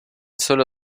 sólo